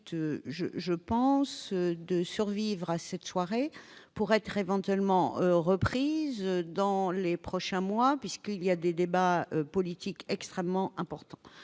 mérite de survivre à cette soirée pour être éventuellement reprise dans les prochains mois, puisque des débats politiques extrêmement importants